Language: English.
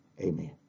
amen